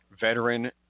veteran